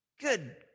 Good